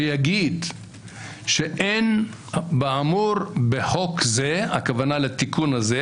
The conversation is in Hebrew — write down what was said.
שיגיד שאין באמור בחוק זה הכוונה לתיקון הזה